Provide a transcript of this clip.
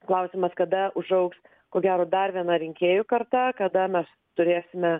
klausimas kada užaugs ko gero dar viena rinkėjų karta kada mes turėsime